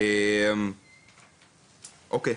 אוקיי,